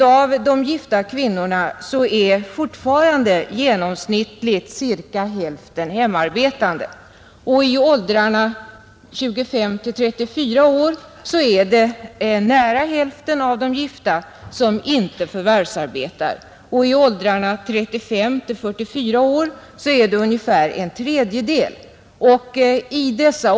Av de gifta kvinnorna är fortfarande cirka hälften hemarbetande. I åldrarna 25—34 år är det nära hälften av de gifta som inte förvärvsarbetar, och i åldrarna 35-44 år är det ungefär en tredjedel.